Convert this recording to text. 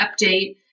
update